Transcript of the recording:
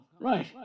right